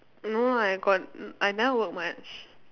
no ah I got n~ I never work much